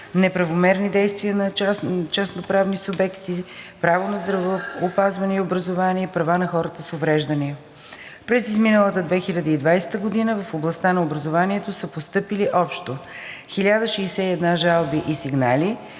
неправомерни действия на частноправни субекти, право на здравеопазване и образование и права на хора с увреждания. През изминалата 2020 г. в областта на образованието са постъпили общо 1061 жалби и сигнали,